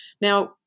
Now